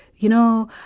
you know,